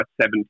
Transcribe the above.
seven